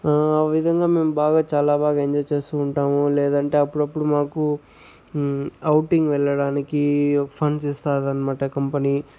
ఆ విధంగా మేము బాగా చాలా బాగా ఎంజాయ్ చేస్తూ ఉంటాము లేదంటే అప్పుడప్పుడు మాకు ఔటింగ్ వెళ్లడానికి ఫండ్స్ ఇస్తుందనమాట కంపెనీ